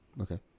Okay